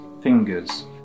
fingers